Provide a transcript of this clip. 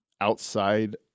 outside